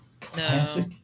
Classic